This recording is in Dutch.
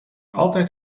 altijd